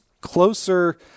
closer